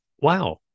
Wow